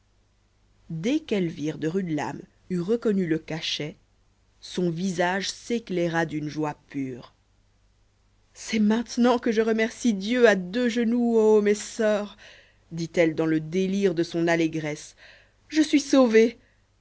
dès qu'elvire de rudelame eut reconnu le cachet son visage s'éclaira d'une joie pure c'est maintenant que je remercie dieu à deux genoux ô mes soeurs dit-elle dans le délire de son allégresse je suis sauvée